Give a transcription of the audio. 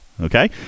okay